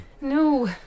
No